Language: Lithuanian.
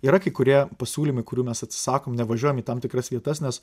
yra kai kurie pasiūlymai kurių mes atsisakom nevažiuojam į tam tikras vietas nes